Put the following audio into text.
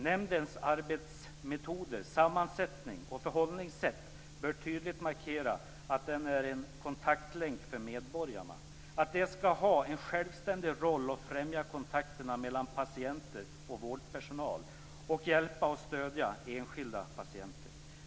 Nämndens arbetsmetoder, sammansättning och förhållningssätt bör tydligt markera att den är en kontaktlänk för medborgarna och att den skall ha en självständig roll, främja kontakterna mellan patienter och vårdpersonal och hjälpa och stödja enskilda patienter.